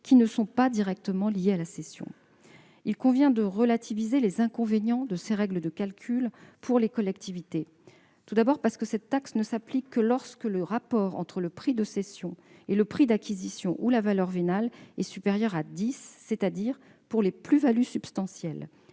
qui ne sont pas directement liés à la cession. Par ailleurs, il convient de relativiser les inconvénients de ces règles de calcul pour les collectivités. Tout d'abord, cette taxe ne s'applique que lorsque le rapport entre le prix de cession et le prix d'acquisition ou la valeur vénale est supérieur à 10, c'est-à-dire pour les plus-values substantielles.